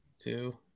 two